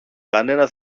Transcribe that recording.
κανένα